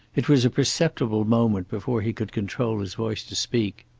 it was a perceptible moment before he could control his voice to speak.